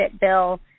Bill